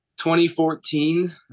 2014